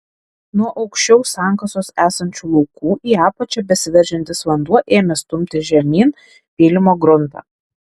nuo aukščiau sankasos esančių laukų į apačią besiveržiantis vanduo ėmė stumti žemyn pylimo gruntą